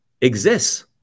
exists